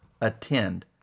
attend